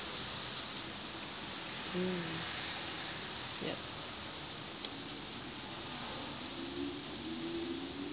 mm ya